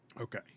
Okay